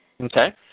Okay